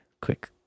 Quick